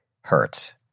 hurts